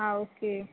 आं ओके